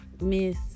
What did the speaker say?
miss